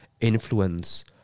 influence